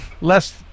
less